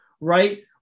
right